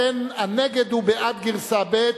לכן, נגד הוא בעד גרסה ב'.